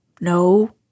no